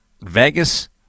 Vegas